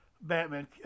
batman